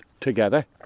together